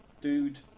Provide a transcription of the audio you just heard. dude